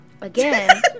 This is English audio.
again